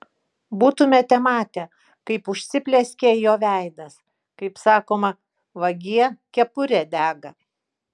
būtumėte matę kaip užsiplieskė jo veidas kaip sakoma vagie kepurė dega